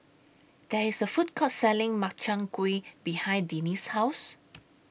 There IS A Food Court Selling Makchang Gui behind Denise's House